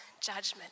judgment